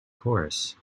chorus